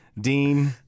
Dean